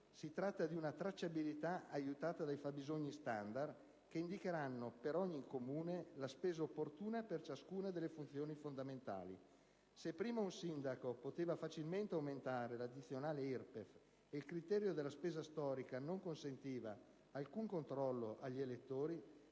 Si tratta di una tracciabilità aiutata dai fabbisogni *standard*, che indicheranno per ogni Comune la spesa opportuna per ciascuna delle funzioni fondamentali. Se prima un sindaco poteva facilmente aumentare l'addizionale IRPEF e il criterio della spesa storica non consentiva alcun controllo agli elettori,